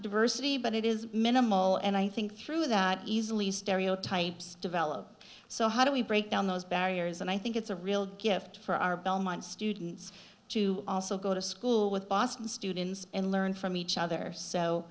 diversity but it is minimal and i think through that easily stereotypes develop so how do we break down those barriers and i think it's a real gift for our belmont students to also go to school with boston students and learn from each other